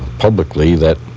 publicly, that